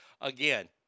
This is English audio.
again